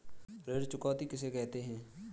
ऋण चुकौती किसे कहते हैं?